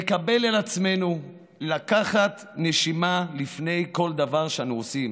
נקבל על עצמנו לקחת נשימה לפני כל דבר שאנו עושים,